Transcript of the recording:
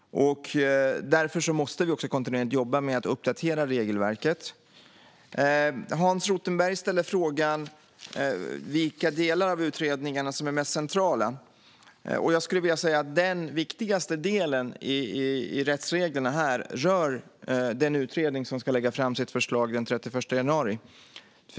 Därför måste vi också kontinuerligt jobba med att uppdatera regelverket. Svar på interpellationer Hans Rothenberg ställde frågan vilka delar av utredningarna som är mest centrala. Jag skulle vilja säga att den viktigaste delen i rättsreglerna rör den utredning som ska lägga fram sitt förslag den 31 januari.